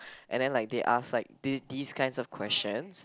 and then like they ask like these these kinds of questions